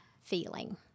feeling